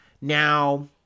Now